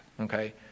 okay